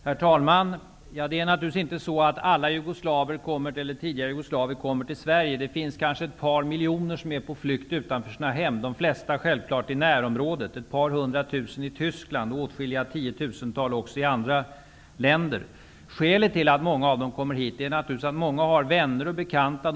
Herr talman! Det är naturligtvis inte så att alla tidigare jugoslaver kommer till Sverige. Kanske ett par miljoner är på flykt från sina hem, de flesta självfallet i närområdet, ett par hundra tusen i Tyskland och åtskilliga tiotusental också i andra länder. Skälet till att många av dem kommer hit är naturligtvis att många har vänner och bekanta här.